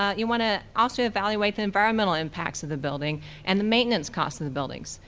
ah you wanna also evaluate the environmental impacts of the building and the maintenance costs of the buildings.